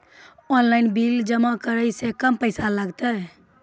Online bill जमा करै से कम पैसा लागतै?